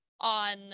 On